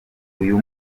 uyu